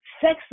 sex